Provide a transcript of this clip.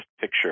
picture